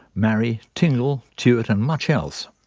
marri, tingle, tuart and much else.